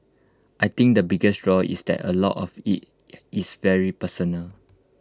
I think the biggest draw is that A lot of IT is very personal